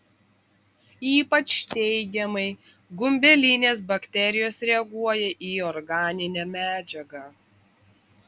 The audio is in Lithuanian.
ypač teigiamai gumbelinės bakterijos reaguoja į organinę medžiagą